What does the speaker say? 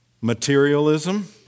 Materialism